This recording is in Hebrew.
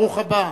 ברוך הבא.